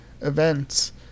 events